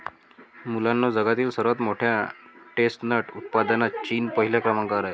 मुलांनो जगातील सर्वात मोठ्या चेस्टनट उत्पादनात चीन पहिल्या क्रमांकावर आहे